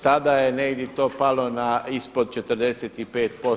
Sada je negdje to palo na ispod 45%